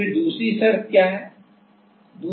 फिर दूसरी शर्त क्या है